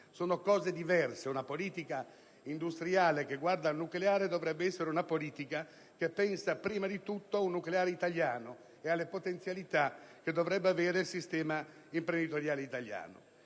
di cose diverse. Una politica industriale che guarda al nucleare dovrebbe essere una politica che pensa prima di tutto ad un nucleare italiano e alle potenzialità che dovrebbe avere il sistema imprenditoriale italiano.